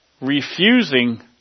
refusing